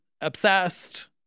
obsessed